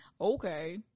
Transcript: Okay